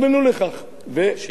ומשנים את העיר,